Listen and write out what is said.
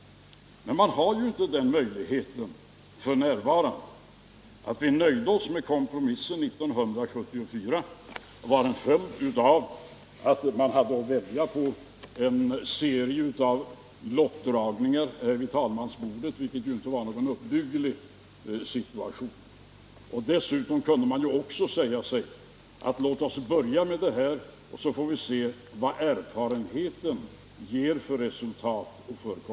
Den möjligheten har vi dock inte f.n. Att vi nöjde oss med kompromisser 1974 var en följd av att vi hade att välja mellan detta och en serie lottdragningar här vid talmansbordet, vilket inte var någon uppbygglig situation. Dessutom kunde vi säga oss: Låt oss börja med detta och se vad erfarenheten ger för resultat.